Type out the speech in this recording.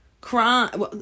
crime